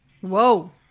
Whoa